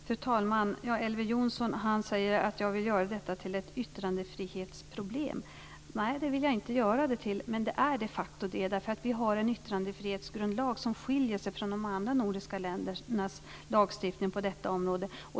Fru talman! Elver Jonsson säger att jag vill göra detta till ett yttrandefrihetsproblem. Nej, det vill jag inte. Men det är de facto ett yttrandefrihetsproblem, därför att vi har en yttrandefrihetsgrundlag som skiljer sig från de andra nordiska ländernas lagstiftning på detta område.